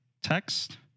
text